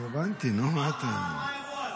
מה האירוע הזה?